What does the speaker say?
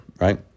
right